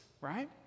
right